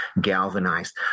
galvanized